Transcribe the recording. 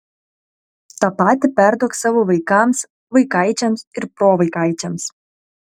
tą patį perduok savo vaikams vaikaičiams ir provaikaičiams